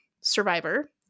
survivor